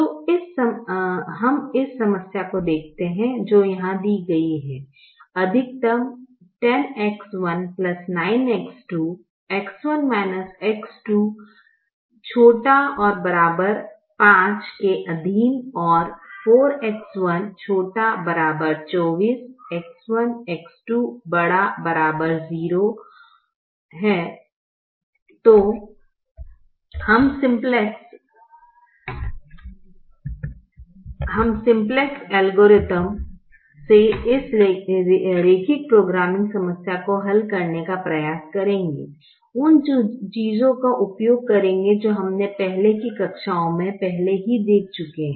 तो हम इस समस्या को देखते हैं जो यहां दी गई है अधिकतम 10X1 9X2 X1 X2 ≤ 5 के अधीन और 4X1≤ 24 X1 X2 ≥ 0 तो हम सिंप्लेक्स एल्गोरिथ्म से इस रैखिक प्रोग्रामिंग समस्या को हल करने का प्रयास करेंगे उन चीजों का उपयोग करके जो हमने पहले की कक्षाओं में पहले ही देख चुके हैं